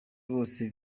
bose